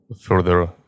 further